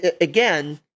again